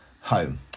home